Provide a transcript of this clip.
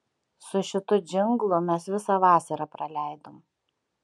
su šitu džinglu mes visą vasarą praleidom